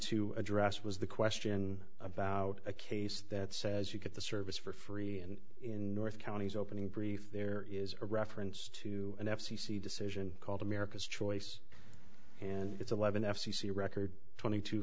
to address was the question about a case that says you get the service for free and in north counties opening brief there is a reference to an f c c decision called america's choice and its eleven f c c record twenty two